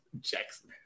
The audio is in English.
Jackson